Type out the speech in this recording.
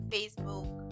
Facebook